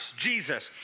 Jesus